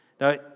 Now